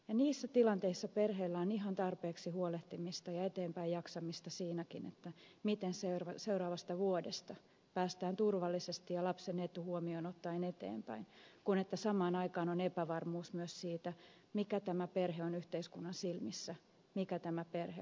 niissä tilanteissa perheellä on ihan tarpeeksi huolehtimista ja eteenpäin jaksamista siinäkin miten seuraavasta vuodesta päästään turvallisesti ja lapsen etu huomioon ottaen eteenpäin ilman että samaan aikaan on epävarmuus myös siitä mikä tämä perhe on yhteiskunnan silmissä mikä tämä perhe on juridisesti